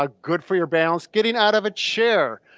ah good for your balance, getting out of a chair,